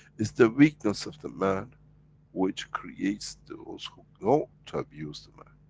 it's the weakness of the man which creates those who know, to abuse the man.